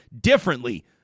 differently